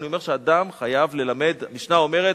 אני אומר שאדם חייב ללמד, המשנה אומרת: